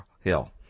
Hill